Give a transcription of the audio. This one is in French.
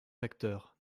facteurs